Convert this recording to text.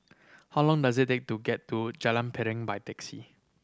how long does it take to get to Jalan Piring by taxi